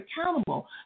accountable